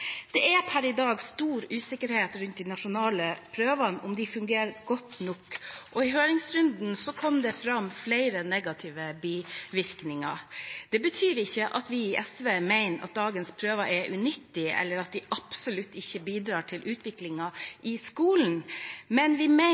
Det er per i dag stor usikkerhet knyttet til om de nasjonale prøvene fungerer godt nok, og i høringsrunden kom det fram flere negative bivirkninger. Det betyr ikke at vi i SV mener at dagens prøver er unyttige, eller at de absolutt ikke bidrar til utviklingen i skolen, men vi mener